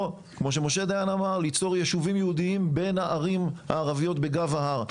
או כמו שמשה דיין אמר ליצור ישובים יהודיים בין הערים הערביות בגב ההר.